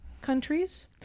countries